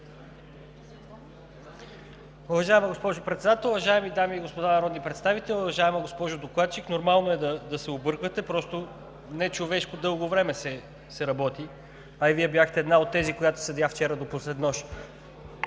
Уважаема госпожо Председател, уважаеми дами и господа народни представители! Уважаема госпожо Докладчик, нормално е да се обърквате. Просто нечовешко дълго време се работи, а и Вие бяхте една от тези, която седя вчера до среднощ.